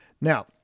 Now